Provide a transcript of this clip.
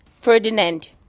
Ferdinand